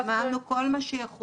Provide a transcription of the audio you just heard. אנחנו הזמנו כל מה שיכולנו,